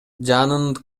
жанын